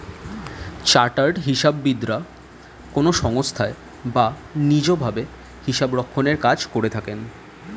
chartered হিসাববিদরা কোনো সংস্থায় বা নিজ ভাবে হিসাবরক্ষণের কাজে থাকেন